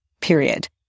period